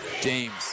James